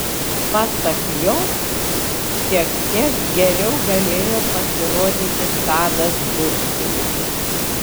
pasak jos šiek tek geriau galėjo pasirodyti tadas duškinas